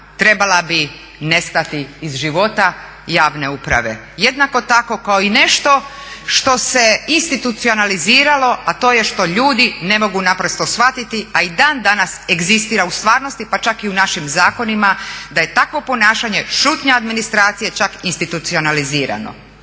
trebali bi nestati iz života javne uprave. Jednako tako kao i nešto što se institucionaliziralo a to je što ljudi ne mogu naprosto shvatiti a i dan danas egzistira u stvarnosti pa čak i u našim zakonima da je takvo ponašanje, šutnja administracije čak institucionalizirano